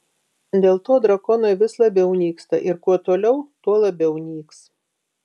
dėl to drakonai vis labiau nyksta ir kuo toliau tuo labiau nyks